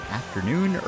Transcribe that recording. afternoon